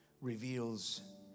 reveals